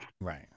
Right